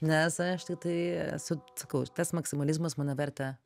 nes aš tiktai esu sakau tas maksimalizmas mano vertė